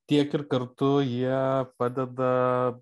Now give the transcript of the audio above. tiek ir kartu jie padeda